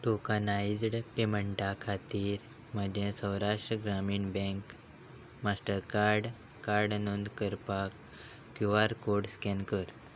tokenised पेमेंटा खातीर म्हजें Saurashtra Gramin bank master card card नोंद करपाक क्यू आर कोड स्कॅन कर